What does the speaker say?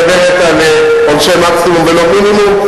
מדברת על עונשי מקסימום ולא מינימום.